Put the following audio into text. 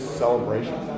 celebration